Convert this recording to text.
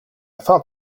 thought